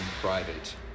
private